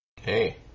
Hey